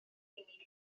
unig